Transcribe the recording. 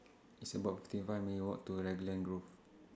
It's about fifty five minutes' Walk to Raglan Grove